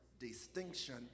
distinction